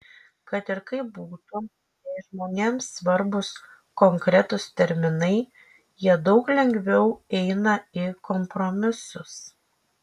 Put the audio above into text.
kad ir kaip būtų jei žmonėms svarbūs konkretūs terminai jie daug lengviau eina į kompromisus